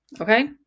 okay